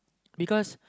because